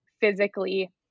physically